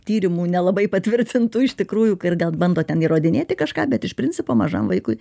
tyrimų nelabai patvirtintų iš tikrųjų ir gal bando ten įrodinėti kažką bet iš principo mažam vaikui